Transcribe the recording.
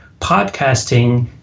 podcasting